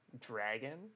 dragon